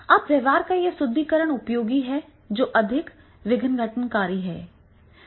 अब व्यवहार का यह सुदृढीकरण उपयोगी है जो अधिक विघटनकारी हैं